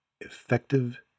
effective